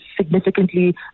significantly